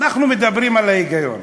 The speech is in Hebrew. אנחנו מדברים על ההיגיון.